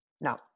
Now